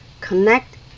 Connect